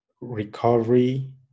recovery